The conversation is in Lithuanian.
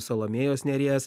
salomėjos nėries